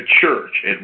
church